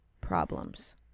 problems